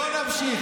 בוא נמשיך,